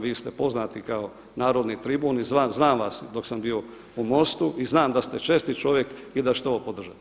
Vi ste poznati kao narodni tribun i znam vas dok sam bio u MOST-u i znam da ste čestit čovjek i da ćete to podržati.